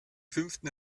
fünften